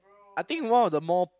I think one of the more